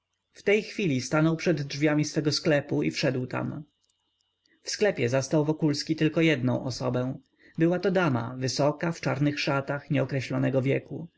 w tej chwili stanął przed drzwiami swego sklepu i wszedł tam w sklepie zastał wokulski tylko jednę osobę była to dama wysoka w czarnych szatach nieokreślonego wieku